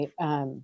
right